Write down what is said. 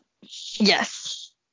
yes